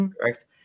Correct